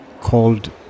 called